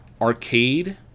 Arcade